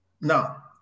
Now